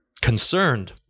concerned